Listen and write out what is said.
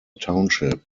township